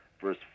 verse